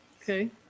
Okay